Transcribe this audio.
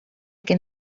can